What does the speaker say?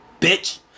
Bitch